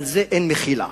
על זה אין מחילה.